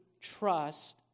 trust